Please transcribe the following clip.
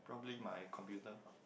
probably my computer